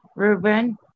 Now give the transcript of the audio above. Ruben